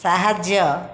ସାହାଯ୍ୟ